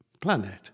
planet